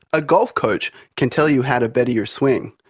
a golf coach can tell you how to better your swing,